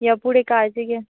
या पुढे काळजी घ्या